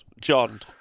John